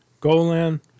Golan